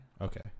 Okay